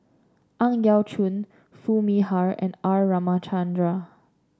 Ang Yau Choon Foo Mee Har and R Ramachandran